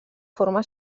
forma